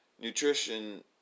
nutrition